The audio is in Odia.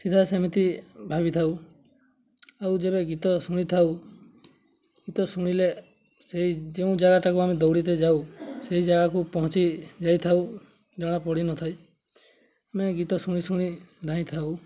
ସିଧା ସେମିତି ଭାବିଥାଉ ଆଉ ଯେବେ ଗୀତ ଶୁଣିଥାଉ ଗୀତ ଶୁଣିଲେ ସେଇ ଯେଉଁ ଜାଗାଟାକୁ ଆମେ ଦୌଡ଼ିରେ ଯାଉ ସେଇ ଜାଗାକୁ ପହଞ୍ଚି ଯାଇଥାଉ ଜଣା ପଡ଼ି ନଥାଏ ଆମେ ଗୀତ ଶୁଣି ଶୁଣି ଧାଇଁ ଥାଉ